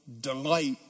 delight